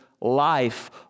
life